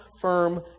firm